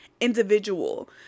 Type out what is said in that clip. individual